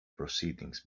proceedings